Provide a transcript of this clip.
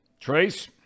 Trace